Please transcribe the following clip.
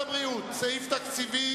סעיף תקציבי